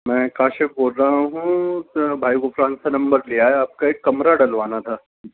میں کاشف بول رہا ہوں بھائی غفران سے نمبر لیا ہے آپ کا ایک کمرہ ڈلوانا تھا